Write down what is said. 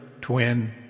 Twin